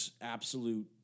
absolute